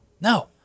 No